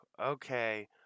okay